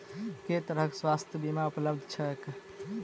केँ तरहक स्वास्थ्य बीमा उपलब्ध छैक?